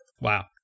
wow